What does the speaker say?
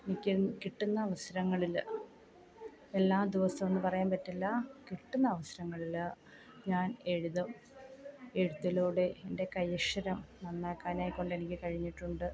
എനിക്ക് കിട്ടുന്ന അവസരങ്ങളിൽ എല്ലാ ദിവസമെന്ന് പറയാൻ പറ്റില്ല കിട്ടുന്ന അവസരങ്ങളിൽ ഞാൻ എഴുതും എഴുത്തിലൂടെ എൻ്റെ കൈ അക്ഷരം നന്നാക്കാനെക്കൊണ്ട് എനിക്ക് കഴിഞ്ഞിട്ടുണ്ട്